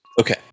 Okay